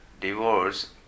divorce